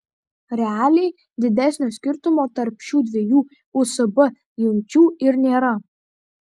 realiai didesnio skirtumo tarp šių dviejų usb jungčių ir nėra